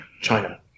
China